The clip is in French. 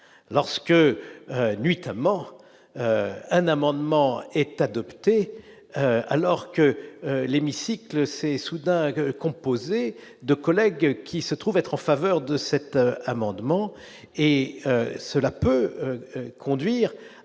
lorsque nuitamment un amendement est adopté alors que l'hémicycle c'est soudain composé de collègues qui se trouve être en faveur de cet amendement et cela peut conduire à